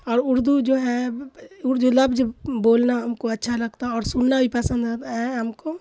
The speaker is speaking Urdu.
اور اردو جو ہے لفظ بولنا ہم کو اچھا لگتا ہے اور سننا بھی پسند ہے ہم کو